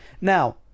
now